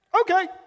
okay